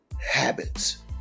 habits